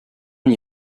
n’y